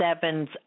sevens